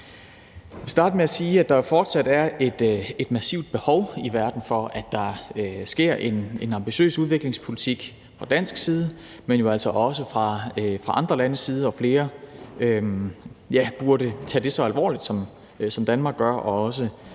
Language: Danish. Jeg vil starte med at sige, at der jo fortsat er et massivt behov i verden for, at der er en ambitiøs udviklingspolitik fra dansk side, men jo altså også fra andre landes side; og flere burde tage det så alvorligt, som Danmark gør, og også